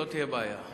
לא תהיה בעיה.